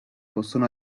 possono